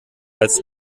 als